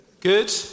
Good